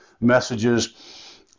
messages